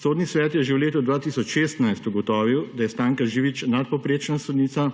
Sodni svet je že v letu 2016 ugotovil, da je Stanka Živič nadpovprečna sodnica,